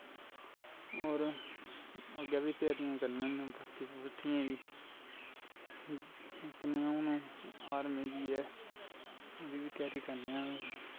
और ओह्दै बी तैयारी करनी ही भर्थियें भुर्थियें दी हून आर्मी दी ऐ ओह्दा तैयारी करनी ऐ